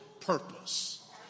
purpose